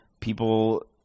people